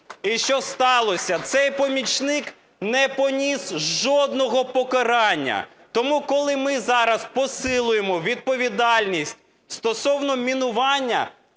І що сталося? Цей помічник не поніс жодного покарання. Тому, коли ми зараз посилюємо відповідальність стосовно мінування,